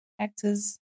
Actors